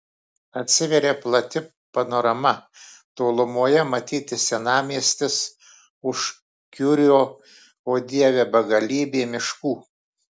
atsiveria plati panorama tolumoje matyti senamiestis už kiurio o dieve begalybė miškų